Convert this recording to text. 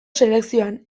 selekzioan